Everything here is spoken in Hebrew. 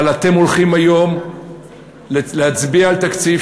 אבל אתם הולכים היום להצביע על תקציב